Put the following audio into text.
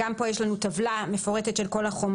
גם פה יש לנו טבלה מפורטת של כל החומרים.